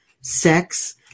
sex